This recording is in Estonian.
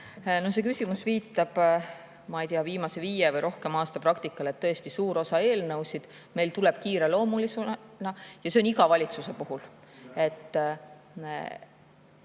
See küsimus viitab, ma ei tea, viimase viie või rohkema aasta praktikale. Tõesti, suur osa eelnõusid on kiireloomulised, ja see on nii olnud iga valitsuse puhul.